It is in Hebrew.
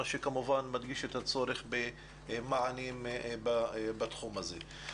מה שכמובן מדגיש את הצורך במענים בתחום הזה.